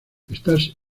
estas